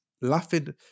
laughing